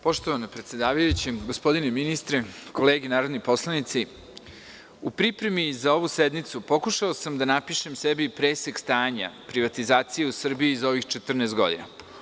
Poštovana predsedavajuća, gospodine ministre, kolege narodni poslanici, u pripremi za ovu sednicu pokušao sam da napišem sebi presek stanja privatizacije u Srbiji za ovih 14 godina.